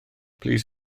plîs